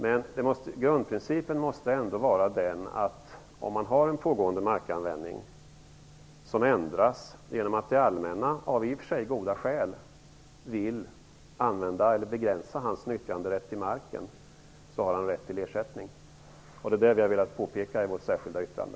Men grundprincipen måste ändå vara att om markägaren har en pågående markanvändning som ändras genom att det allmänna av i och för sig goda skäl vill begränsa markägarens nyttjanderätt till marken har markägaren rätt till ersättning. Det är det som vi har velat påpeka i vårt särskilda yttrande.